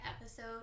episode